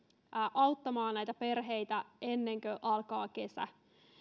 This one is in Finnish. auttamaan näitä perheitä ennen kuin alkaa kesä